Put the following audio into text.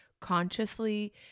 consciously